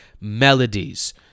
melodies